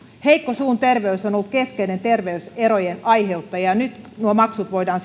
heikko suun terveys on ollut keskeinen terveyserojen aiheuttaja ja nyt nuo maksut voidaan